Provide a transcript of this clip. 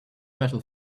metal